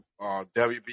WB